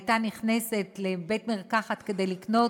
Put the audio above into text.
הייתה נכנסת לבית-מרקחת כדי לקנות,